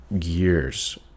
years